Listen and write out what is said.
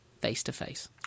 face-to-face